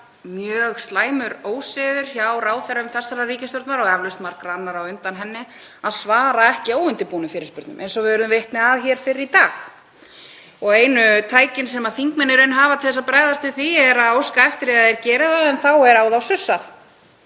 mjög slæmur ósiður hjá ráðherrum þessarar ríkisstjórnar og eflaust margra annarra á undan henni að svara ekki í óundirbúnum fyrirspurnum eins og við urðum vitni að hér fyrr í dag. Einu tækin sem þingmenn í raun hafa til að bregðast við því er að óska eftir því að þeir geri það en þá er á þá sussað.